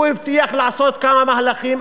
הוא הבטיח לעשות כמה מהלכים.